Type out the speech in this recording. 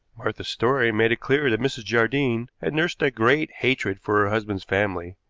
martha's story made it clear that mrs. jardine had nursed a great hatred for her husband's family,